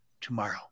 tomorrow